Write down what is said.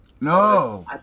No